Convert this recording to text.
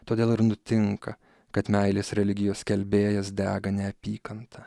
todėl ir nutinka kad meilės religijos skelbėjas dega neapykanta